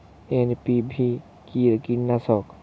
NPV কি কীটনাশক?